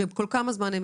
כשיש